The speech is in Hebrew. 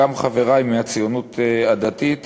גם חברי מהציונות הדתית